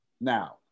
Now